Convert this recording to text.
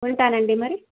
ఉంటానండి మరి